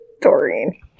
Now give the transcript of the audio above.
Doreen